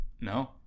No